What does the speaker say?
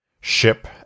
ship